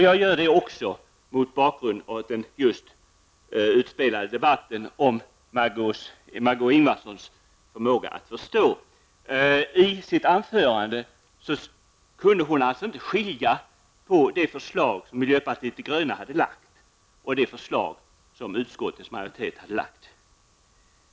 Jag gör det också mot bakgrund av den just utspelade debatten om Margó Ingvardssons förmåga att förstå. I sitt anförande sade sig Margó Ingvardsson inte kunna skilja mellan det förslag som miljöpartiet de gröna har lagt och det förslag som utskottets majoritet står bakom.